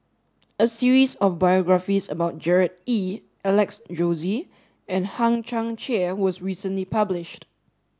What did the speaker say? a series of biographies about Gerard Ee Alex Josey and Hang Chang Chieh was recently published